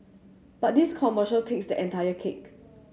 but this commercial takes the entire cake